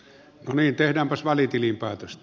no niin tehdäänpäs välitilinpäätöstä